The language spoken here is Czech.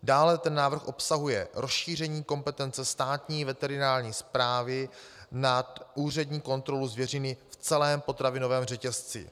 Dále návrh obsahuje rozšíření kompetence Státní veterinární správy na úřední kontrolu zvěřiny v celém potravinovém řetězci.